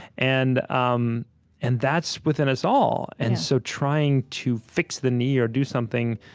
and um and that's within us all. and so, trying to fix the knee or do something,